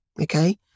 okay